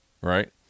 right